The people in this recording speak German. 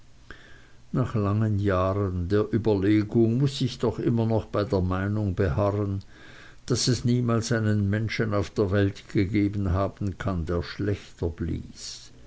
nach langen jahren der überlegung muß ich doch immer noch bei der meinung beharren daß es niemals einen menschen auf der welt gegeben haben kann der schlechter blies